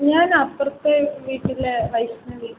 ഞാൻ അപ്പുറത്തെ വീട്ടിലെ വൈഷ്ണവി